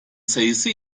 sayısı